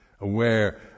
aware